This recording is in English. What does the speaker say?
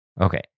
Okay